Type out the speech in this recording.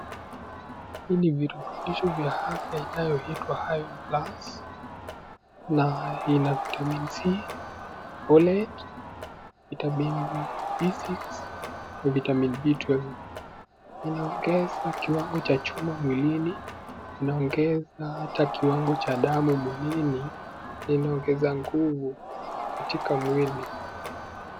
Hivi ni virutubisho vya afya inayoitwa Iron Plus na ina vitamini C , folate , vitamini B6 , na vitamini B12 . Inaongeza kiwango cha chuma mwilini, inaongeza hata kiwango cha damu mwilini, na inaongeza nguvu katika mwili.